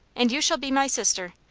and you shall be my sister.